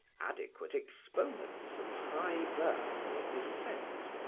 adequate exponents of high birth or descent.